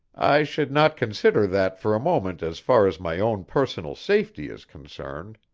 i should not consider that for a moment as far as my own personal safety is concerned.